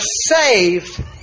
saved